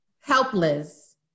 helpless